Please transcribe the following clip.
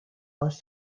aus